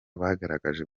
bagaragaje